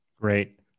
great